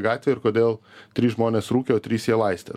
gatvė ir kodėl trys žmonės rūkė o trys ją laistė